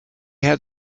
had